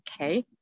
okay